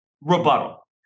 rebuttal